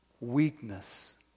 weakness